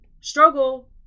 struggle